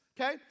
okay